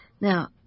Now